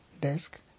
desk